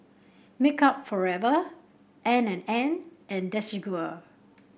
Makeup Forever N and N and Desigual